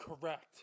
Correct